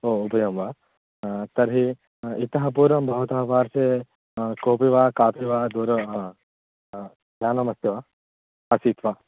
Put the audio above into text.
ओ उभयं वा तर्हि इतः पूर्वं भवतः पार्श्वे कोपि वा कापि वा दूरं यानमस्ति वा आसीत् वा